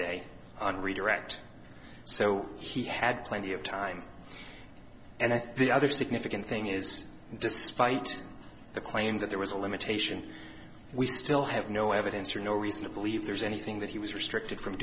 day on redirect so he had plenty of time and i think the other significant thing is despite the claims that there was a limitation we still have no evidence or no reason to believe there's anything that he was restricted from